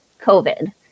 COVID